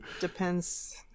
Depends